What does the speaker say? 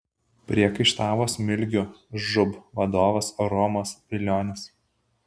priekaištavo smilgių žūb vadovas romas vilionis